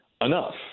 Enough